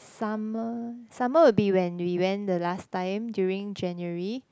summer summer would be when we went the last time during January